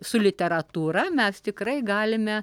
su literatūra mes tikrai galime